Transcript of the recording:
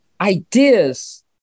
ideas